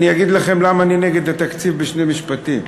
אני אגיד לכם למה אני נגד התקציב בשני משפטים.